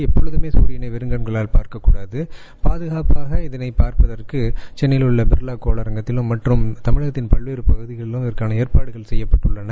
எப்போதமே சூரியனை வெறும் கண்களால் பார்க்கக்கூடாது பாதுகாப்பாக இதனை பார்ப்பதற்கு சென்னை பிர்வா கோளரங்கம் மற்றும் தமிழகத்தின் பலவேறு பகுதிகளில் இதற்கான ஏற்பாடுகள் செய்யப்பட்டுள்ளன